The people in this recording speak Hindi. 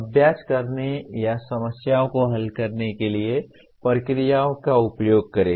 अभ्यास करने या समस्याओं को हल करने के लिए प्रक्रियाओं का उपयोग करें